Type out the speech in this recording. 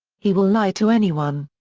he will lie to anyone.